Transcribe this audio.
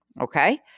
Okay